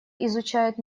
изучают